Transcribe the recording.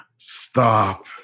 Stop